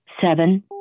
seven